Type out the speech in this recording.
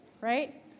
right